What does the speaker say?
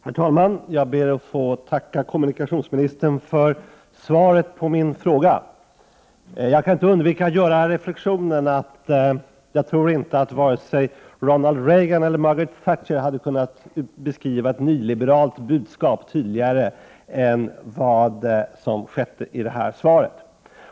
Herr talman! Jag ber att få tacka kommunikationsministern för svaret på min fråga. Jag kan inte undvika att göra reflexionen att jag inte tror att vare nen och länderna på andra sidan Östersjön lan Stockholmsregionen och länderna på andra sidan Östersjön sig Ronald Reagan eller Margaret Thatcher hade kunnat beskriva ett nyliberalt budskap tydligare än vad som görs i detta svar.